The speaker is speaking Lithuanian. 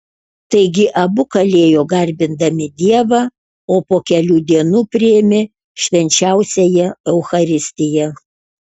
taigi abu kalėjo garbindami dievą o po kelių dienų priėmė švenčiausiąją eucharistiją